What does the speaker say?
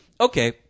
okay